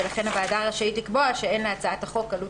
ולכן הוועדה רשאית לקבוע שאין להצעת החוק עלות